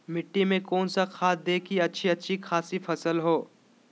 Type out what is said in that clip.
मिट्टी में कौन सा खाद दे की अच्छी अच्छी खासी फसल हो?